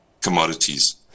commodities